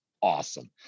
awesome